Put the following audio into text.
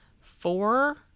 four